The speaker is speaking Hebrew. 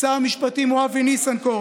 שר המשפטים הוא אבי ניסנקורן,